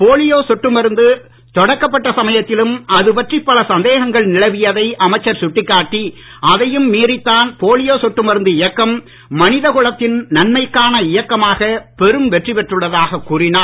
polio சொட்டுமருந்து தொடக்கப்பட்ட சமயத்திலும் அதுபற்றி பல சந்தேகங்கள் நிலவியதை அமைச்சர் சுட்டிக்காட்டி அதையும் மீறித்தான் போலியோ சொட்டு மருந்து இயக்கம் மனித குலத்தின் நன்மைக்கான இயக்கமாக பெரும் வெற்றி பெற்றுள்ளதாக கூறினார்